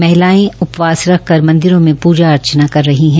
महिलायें उपवास रखकर मंदिरों में पूजा अर्चना कर रही है